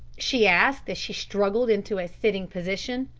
she asked as she struggled into a sitting position.